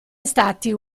estati